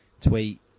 tweet